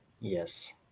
Yes